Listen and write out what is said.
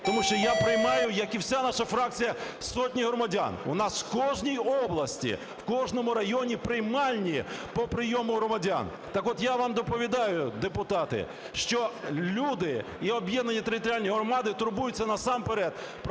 Тому що я приймаю, як і вся наша фракція, сотні громадян, у нас в кожній області, в кожному районі приймальні по прийому громадян. Так от я вам доповідаю, депутати, що люди і об'єднані територіальні громади турбуються насамперед про те,